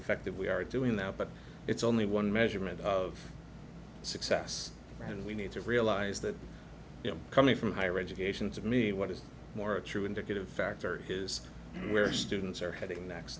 effective we are doing that but it's only one measurement of success and we need to realize that coming from higher education to me what is more a true indicative factor is where students are heading next